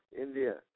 India